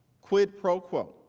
quid pro quo.